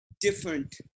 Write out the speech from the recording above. different